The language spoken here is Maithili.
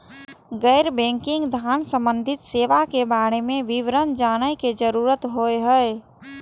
गैर बैंकिंग धान सम्बन्धी सेवा के बारे में विवरण जानय के जरुरत होय हय?